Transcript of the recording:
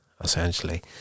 Essentially